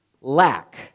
lack